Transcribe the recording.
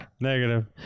Negative